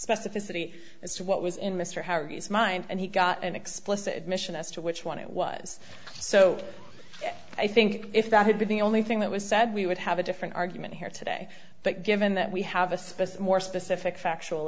specificity as to what was in mr howard hughes mind and he got an explicit admission as to which one it was so i think if that had been the only thing that was said we would have a different argument here today but given that we have a specific or specific factual